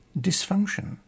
dysfunction